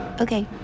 Okay